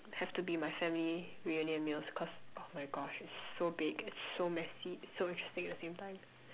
have to be my family reunion meals cause oh my gosh it's so big it's so messy it's so interesting at the same time